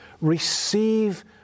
Receive